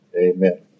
Amen